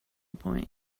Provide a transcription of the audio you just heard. point